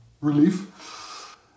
Relief